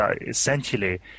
essentially